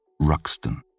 Ruxton